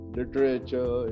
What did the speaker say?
literature